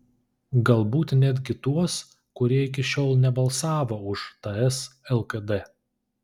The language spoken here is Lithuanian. galbūt netgi tuos kurie iki šiol nebalsavo už ts lkd